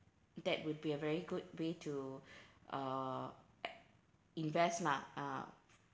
that would be a very good way to uh invest lah ah